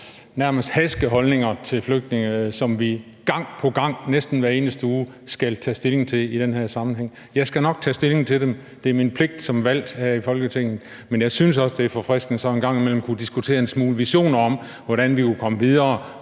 nærmest hadske holdninger til flygtninge, som vi gang på gang, næsten hver eneste uge, skal tage stilling til i den her sammenhæng. Jeg skal nok tage stilling til dem; det er min pligt som valgt her i Folketinget. Men jeg synes også, det er forfriskende så en gang imellem at kunne diskutere en smule visioner om, hvordan vi kunne komme videre,